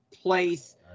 place